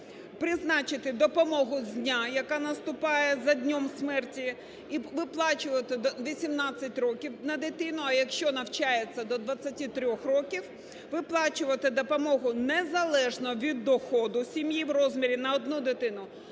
призначити допомогу з дня, яка наступає за днем смерті і виплачувати 18 років на дитину, а якщо навчається, до 23 років, виплачувати допомогу незалежно від доходу сім'ї в розмірі на одну дитину